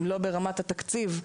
אם לא ברמת התקציב,